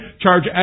charge